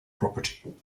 property